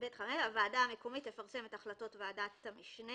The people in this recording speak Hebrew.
"(ב5)הוועדה המקומית תפרסם את החלטות ועדת המשנה